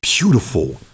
beautiful